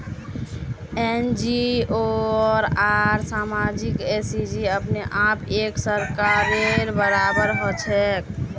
NGO आर सामाजिक agency अपने आप एक सरकारेर बराबर हछेक